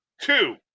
Two